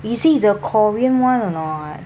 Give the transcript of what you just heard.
is it the korean one or not